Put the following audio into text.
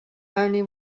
only